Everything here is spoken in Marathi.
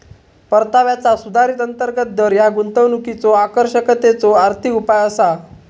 परताव्याचा सुधारित अंतर्गत दर ह्या गुंतवणुकीच्यो आकर्षकतेचो आर्थिक उपाय असा